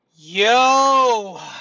yo